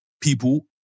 people